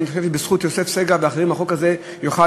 ואני חושב שבזכות יוסף סגל ואחרים החוק הזה יוכל,